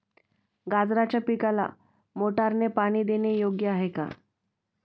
गाजराच्या पिकाला मोटारने पाणी देणे योग्य आहे का?